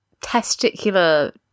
testicular